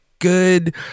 good